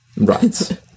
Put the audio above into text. Right